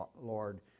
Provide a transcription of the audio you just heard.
Lord